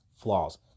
flaws